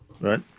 Right